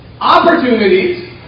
opportunities